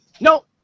No